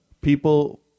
people